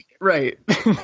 Right